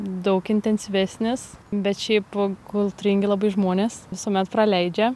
daug intensyvesnis bet šiaip kultūringi labai žmonės visuomet praleidžia